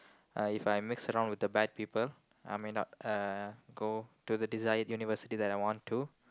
uh If I mix around with the bad people I may not uh go to the desired university that I want to